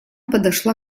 подошла